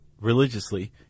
religiously